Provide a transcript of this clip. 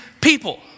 people